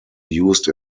used